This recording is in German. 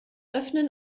öffnen